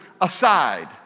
aside